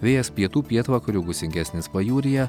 vėjas pietų pietvakarių gūsingesnis pajūryje